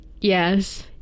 Yes